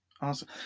awesome